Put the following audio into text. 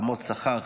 רמות שכר,